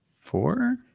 Four